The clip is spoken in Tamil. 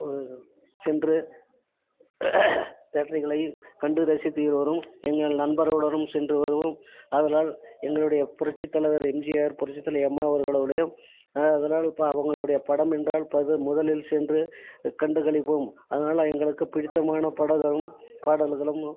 ஒரு சென்று தேட்ர்களை கண்டு ரசித்து வரும் எங்கள் நண்பர்களுடனும் சென்று வருவோம் ஆதலால் எங்களுடைய புரட்சித் தலைவர் எம்ஜிஆர் புரட்சித் தலைவி அம்மா அவர்களோடு ஆதலால் இப்போ அவங்களோடைய படம் என்றால் பது முதலில் சென்று கண்டுகளிப்போம் அதனால் எங்களுக்கு பிடித்தமான படங்களும் பாடல்களும்